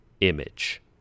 image